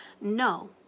no